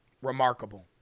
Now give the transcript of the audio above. Remarkable